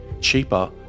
cheaper